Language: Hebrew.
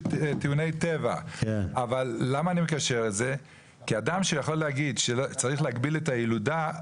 ובמאה האחרונה הכי הרבה, במיליונים